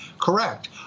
correct